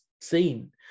seen